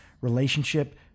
relationship